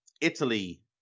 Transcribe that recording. Italy